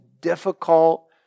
difficult